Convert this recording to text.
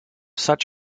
such